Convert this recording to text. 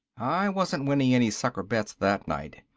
i wasn't winning any sucker bets that night.